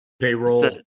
payroll